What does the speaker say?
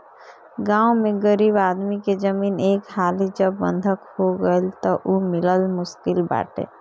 गांव में गरीब आदमी के जमीन एक हाली जब बंधक हो गईल तअ उ मिलल मुश्किल बाटे